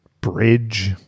bridge